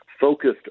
focused